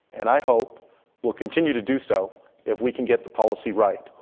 and i hope we'll continue to do so if we can get the policy right.